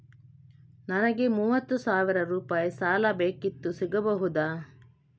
ನನಗೆ ಮೂವತ್ತು ಸಾವಿರ ರೂಪಾಯಿ ಸಾಲ ಬೇಕಿತ್ತು ಸಿಗಬಹುದಾ?